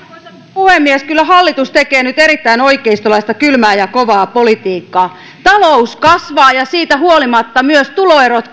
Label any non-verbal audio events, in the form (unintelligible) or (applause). puhemies kyllä hallitus tekee nyt erittäin oikeistolaista kylmää ja kovaa politiikkaa talous kasvaa ja siitä huolimatta myös tuloerot (unintelligible)